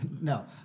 No